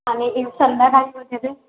आणि इन संध्याकाळी वगैरे